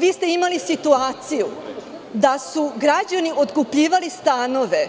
Vi ste imali situaciju da su građani otkupljivali stanove